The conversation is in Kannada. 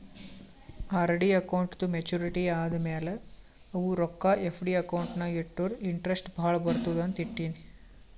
ಆರ್.ಡಿ ಅಕೌಂಟ್ದೂ ಮೇಚುರಿಟಿ ಆದಮ್ಯಾಲ ಅವು ರೊಕ್ಕಾ ಎಫ್.ಡಿ ಅಕೌಂಟ್ ನಾಗ್ ಇಟ್ಟುರ ಇಂಟ್ರೆಸ್ಟ್ ಭಾಳ ಬರ್ತುದ ಅಂತ್ ಇಟ್ಟೀನಿ